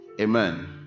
amen